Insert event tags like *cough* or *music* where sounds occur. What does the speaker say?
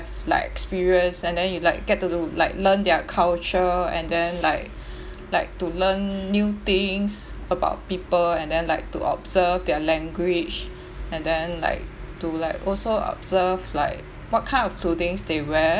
like experience and then you like get to do like learn their culture and then like *breath* like to learn new things about people and then like to observe their language and then like to like also observe like what kind of clothings they wear